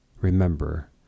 Remember